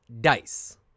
dice